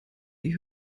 die